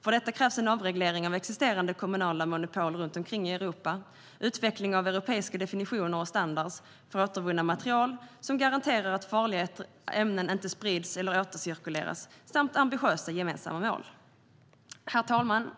För detta krävs en avreglering av existerande kommunala monopol runt omkring i Europa, utveckling av europeiska definitioner och standarder för återvunna material, som garanterar att farliga ämnen inte sprids eller återcirkuleras, samt ambitiösa gemensamma mål. Herr talman!